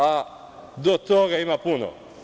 A do toga ima puno.